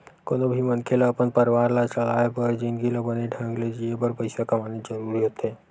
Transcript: कोनो भी मनखे ल अपन परवार ला चलाय बर जिनगी ल बने ढंग ले जीए बर पइसा कमाना जरूरी होथे